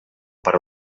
per